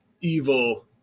evil